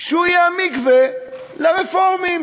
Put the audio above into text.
שהוא יהיה המקווה לרפורמים,